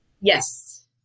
Yes